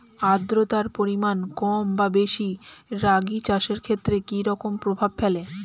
আদ্রতার পরিমাণ কম বা বেশি রাগী চাষের ক্ষেত্রে কি রকম প্রভাব ফেলে?